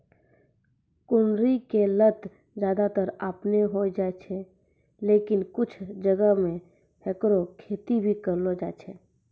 कुनरी के लत ज्यादातर आपनै होय जाय छै, लेकिन कुछ जगह मॅ हैकरो खेती भी करलो जाय छै